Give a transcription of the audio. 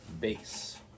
base